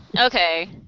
Okay